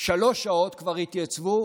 שלוש שעות כבר התייצבו